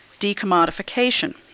decommodification